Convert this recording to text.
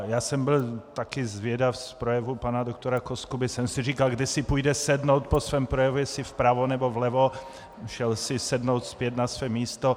Já jsem byl taky zvědav z projevu pana dr. Koskuby, říkal jsem si, kam si půjde sednout po svém projevu, jestli vpravo, nebo vlevo šel si sednout zpět na své místo.